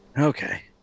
Okay